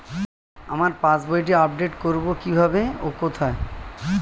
আমার পাস বইটি আপ্ডেট কোরবো কীভাবে ও কোথায়?